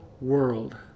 world